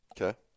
Okay